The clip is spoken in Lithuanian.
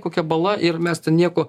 kokia bala ir mes ten nieko